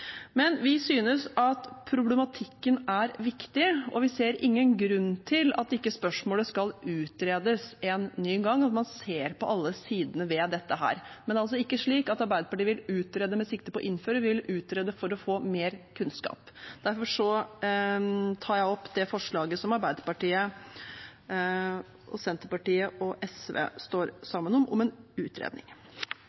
Men vi synes at problematikken er viktig, og vi ser ingen grunn til at ikke spørsmålet skal utredes på nytt, at man ser på alle sidene ved dette. Men det er altså ikke slik at Arbeiderpartiet vil utrede med sikte på å innføre, vi vil utrede for å få mer kunnskap. Derfor tar jeg opp det forslaget som Arbeiderpartiet, Senterpartiet og SV står